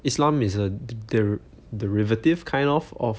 islam is a deri~ derivative kind of of